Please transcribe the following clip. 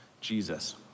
Jesus